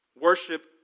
worship